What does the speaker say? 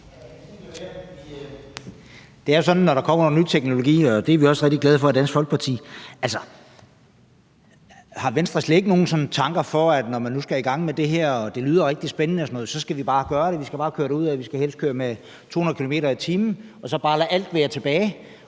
jo sådan, når der kommer noget ny teknologi, og det er vi også rigtig glade for i Dansk Folkeparti. Altså, har Venstre slet ikke gjort sig nogen tanker om det, i forhold til at når man nu skal i gang med det her og det lyder rigtig spændende og sådan noget, skal man bare gøre det – vi skal bare køre derudad, vi skal helst køre med 200 km/t. og så bare lade alt være tilbage,